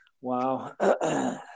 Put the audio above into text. Wow